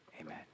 Amen